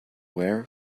wear